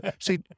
see